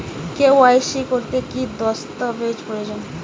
KYC করতে কি দস্তাবেজ প্রয়োজন?